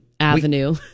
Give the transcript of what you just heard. Avenue